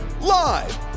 Live